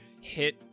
hit